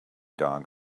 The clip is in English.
dog